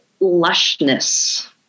lushness